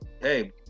hey